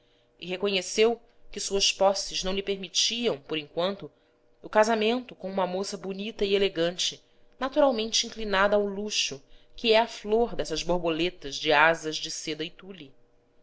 e reconheceu que suas posses não lhe permitiam por enquanto o casamento com uma moça bonita e elegante naturalmente inclinada ao luxo que é a flor dessas borboletas de asas de seda e tule